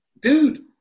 dude